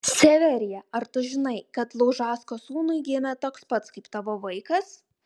severija ar tu žinai kad laužacko sūnui gimė toks pat kaip tavo vaikas